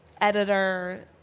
editor